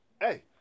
hey